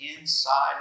inside